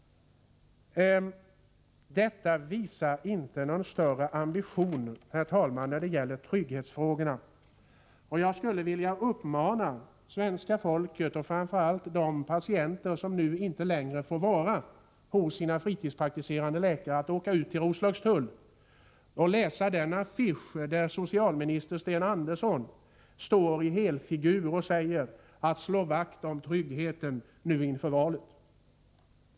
Detta visar inte någon större ambition, herr talman, när det gäller trygghetsfrågorna. Jag skulle vilja uppmana svenska folket, och framför allt de patienter som nu inte längre får vara kvar hos sina fritidspraktiserande läkare, att åka till Roslagstull och läsa den affisch där socialminister Sten Andersson i helfigur står och säger: Slå vakt om tryggheten inför valet.